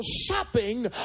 shopping